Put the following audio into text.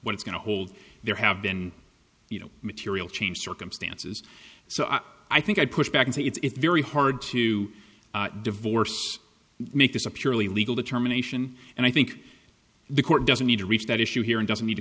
what it's going to hold there have been you know material change circumstances so i think i'd push back and say it's very hard to divorce make this a purely legal determination and i think the court doesn't need to reach that issue here and doesn't need to